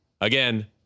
again